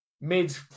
mid